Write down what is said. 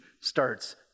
starts